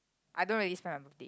I don't really spend my birthday